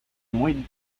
muy